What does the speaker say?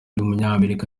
w’umunyamerika